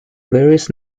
various